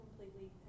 completely